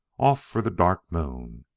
off for the dark moon!